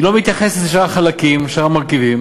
היא לא מתייחסת לשאר החלקים, לשאר המרכיבים,